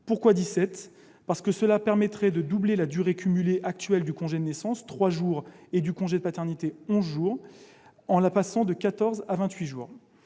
Pourquoi dix-sept ? Parce que cela permettrait de doubler la durée cumulée actuelle du congé de naissance, trois jours, et du congé de paternité, onze jours, en la passant de quatorze